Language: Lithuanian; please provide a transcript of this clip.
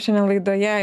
šiandien laidoje